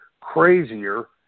crazier